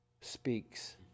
speaks